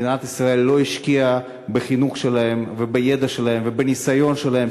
מדינת ישראל לא השקיעה בחינוך שלהם ובידע שלהם ובניסיון שלהם,